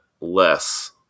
less